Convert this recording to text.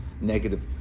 negative